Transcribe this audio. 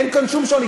אין כאן שום שוני.